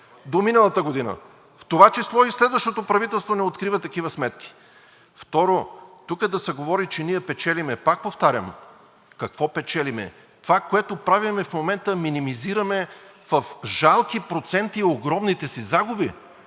до миналата година. В това число и следващото правителство не открива такива сметки. Второ, тук да се говори, че ние печелим. Пак повтарям, какво печелим? Това, което правим в момента – минимизираме в жалки проценти огромните си загуби,